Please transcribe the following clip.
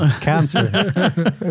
Cancer